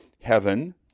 heaven